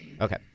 Okay